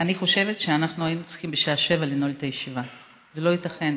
אני חושבת שהיינו צריכים לנעול את הישיבה בשעה 19:00. לא ייתכן